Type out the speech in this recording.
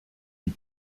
die